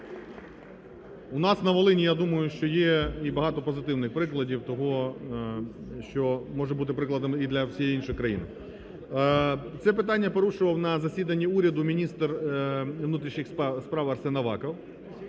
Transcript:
У нас на Волині, я думаю, що є і багато позитивних прикладів того, що може бути прикладом і для всієї іншої країни. Це питання порушував на засіданні уряду міністр внутрішніх справ Арсен Аваков,